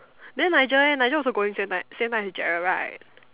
then Nigel eh Nigel also going same night same night as Gerald right